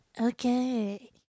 Okay